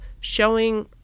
showing